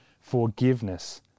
forgiveness